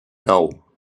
nou